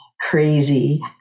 crazy